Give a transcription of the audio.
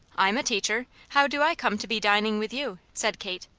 i'm a teacher how do i come to be dining with you? said kate.